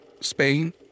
Spain